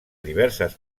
diverses